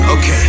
Okay